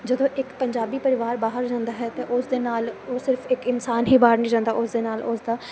ਜਦੋਂ ਇੱਕ ਪੰਜਾਬੀ ਪਰਿਵਾਰ ਬਾਹਰ ਜਾਂਦਾ ਹੈ ਤਾਂ ਉਸ ਦੇ ਨਾਲ ਉਹ ਸਿਰਫ ਇੱਕ ਇਨਸਾਨ ਹੀ ਬਾਹਰ ਨਹੀਂ ਜਾਂਦਾ ਉਸ ਦੇ ਨਾਲ ਉਸਦਾ